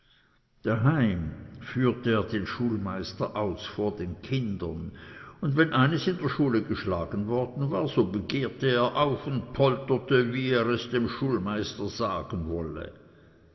daheim führte er den schulmeister aus vor den kindern und wenn eines in der schule geschlagen worden war so begehrte er auf und polterte wie er es dem schulmeister sagen wolle